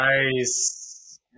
Nice